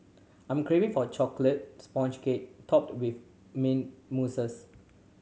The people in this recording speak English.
I'm craving for a chocolate sponge cake topped with mint mousses